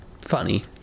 funny